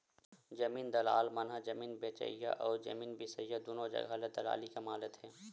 जमीन दलाल मन ह जमीन बेचइया अउ जमीन बिसईया दुनो जघा ले दलाली कमा लेथे